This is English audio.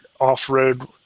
off-road